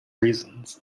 reasons